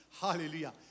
Hallelujah